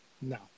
No